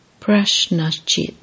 prashnachit